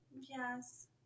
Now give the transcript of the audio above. Yes